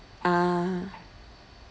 ah